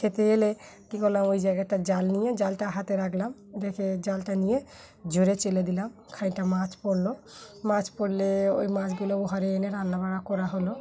খেতে এলে কী করলাম ওই জায়গাটা জাল নিয়ে জালটা হাতে রাখলাম দিয়ে জালটা নিয়ে ঝরে চেলে দিলাম খানিকটা মাছ পড়লো মাছ পরলে ওই মাছগুলো ঘরে এনে করা হলো